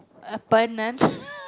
up and then